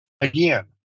Again